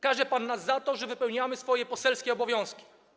Karze pan nas za to, że wypełniamy swoje poselskie obowiązki.